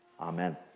Amen